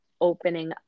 opening